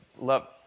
love